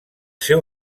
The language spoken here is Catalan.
seu